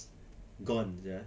gone sia